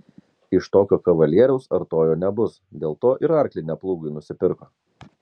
iš tokio kavalieriaus artojo nebus dėl to ir arklį ne plūgui nusipirko